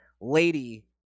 lady